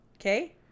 okay